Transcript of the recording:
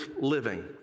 living